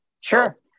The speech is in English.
Sure